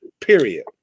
Period